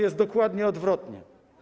jest dokładnie odwrotnie.